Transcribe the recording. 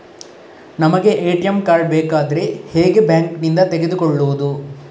ನಮಗೆ ATM card ಬೇಕಾದ್ರೆ ಹೇಗೆ ಬ್ಯಾಂಕ್ ನಿಂದ ತೆಗೆದುಕೊಳ್ಳುವುದು?